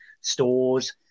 stores